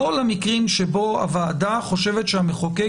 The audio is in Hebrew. לא למקרים שבהם הוועדה חושבת שהמחוקק